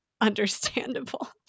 understandable